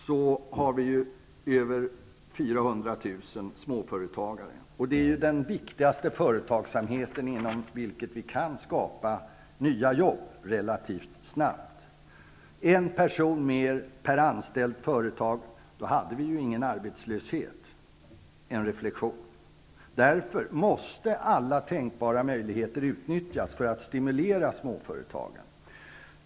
Vi har över 400 000 småföretagare. Det är den viktigaste företagsamheten, inom vilken vi kan skapa nya jobb relativt snabbt. Om en person mer var anställd per företag hade vi ingen arbetslöshet. Det är en reflexion. Därför måste alla tänkbara möjligheter utnyttjas för att stimulera småföretagen.